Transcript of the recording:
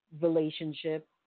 relationship